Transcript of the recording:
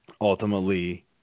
ultimately